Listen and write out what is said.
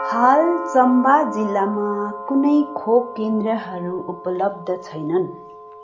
हाल चम्बा जिल्लामा कुनै खोप केन्द्रहरू उपलब्ध छैनन्